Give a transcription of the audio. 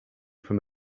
from